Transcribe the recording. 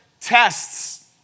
Tests